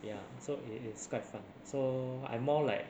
ya so it's it's quite fun so I more like